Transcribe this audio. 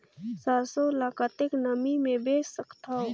सरसो ल कतेक नमी मे बेच सकथव?